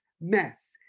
Mess